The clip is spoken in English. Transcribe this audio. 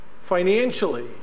financially